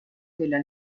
della